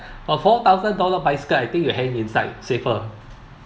a four thousand dollar bicycle I think you hang it inside safer